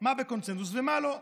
מה בקונסנזוס ומה לא.